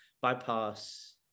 bypass